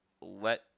let